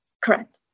Correct